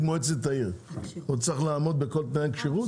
מועצת העיר צריך לעמוד בכל תנאי הכשירות?